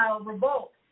revolt